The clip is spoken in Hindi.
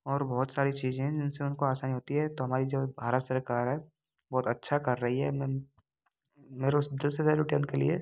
और बहुत सारी चीज़ें हैं जिनसे उनको आसानी होती है तो हमारी जो भारत सरकार है बहुत अच्छा कर रही है मैं मेरे उस दिल से सैलूट है उनके लिए